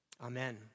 Amen